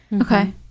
Okay